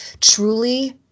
truly